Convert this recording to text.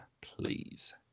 Please